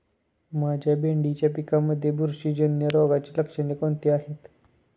माझ्या भेंडीच्या पिकामध्ये बुरशीजन्य रोगाची लक्षणे कोणती आहेत?